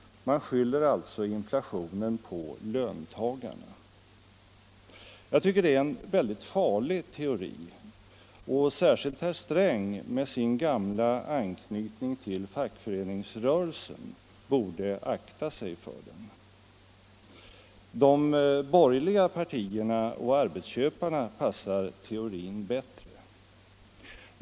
Man skyller alltså inflationen på löntagarna. Jag tycker att det är en mycket farlig teori, och särskilt herr Sträng med sin gamla anknytning till fackföreningsrörelsen borde akta sig för den. De borgerliga partierna och arbetsköparna passar teorin bättre.